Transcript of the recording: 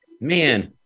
Man